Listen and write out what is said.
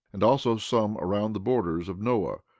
and also some around the borders of noah,